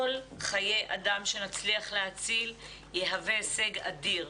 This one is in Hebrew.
כל חיי אדם שנצליח להציל יהווה הישג אדיר,